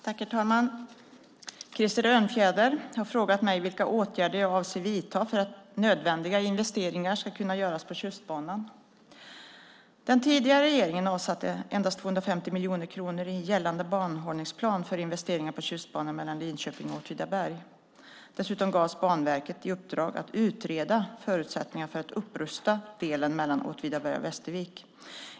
Herr talman! Krister Örnfjäder har frågat mig vilka åtgärder jag avser att vidta för att nödvändiga investeringar ska kunna göras på Tjustbanan. Den tidigare regeringen avsatte endast 250 miljoner kronor i gällande banhållningsplan för investeringar på Tjustbanan mellan Linköping och Åtvidaberg. Dessutom gavs Banverket i uppdrag att utreda förutsättningarna för att upprusta delen mellan Åtvidaberg och Västervik.